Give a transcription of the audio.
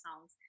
songs